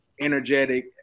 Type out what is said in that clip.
energetic